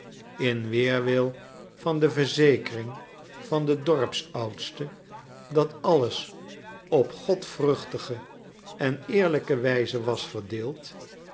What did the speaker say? in weerwil van de verzekering van den dorpsoudste dat alles op godvruchtige en eerlijke wijze was verdeeld